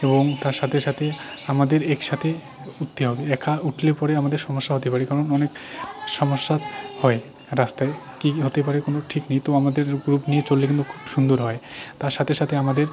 এবং তার সাথে সাথে আমাদের একসাথে উঠতে হবে একা উঠলে পরে আমাদের সমস্যা হতে পারে কারণ অনেক সমস্যা হয় রাস্তায় কী কী হতে পারে কোনও ঠিক নেই তো আমাদের গ্রুপ নিয়ে চললে কিন্তু খুব সুন্দর হয় তার সাথে সাথে আমাদের